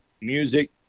Music